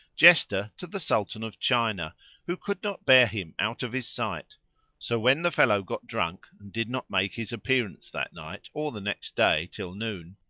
jester to the sultan of china who could not bear him out of his sight so when the fellow got drunk and did not make his appearance that night or the next day till noon,